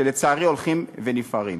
שלצערי הולכים ונפערים.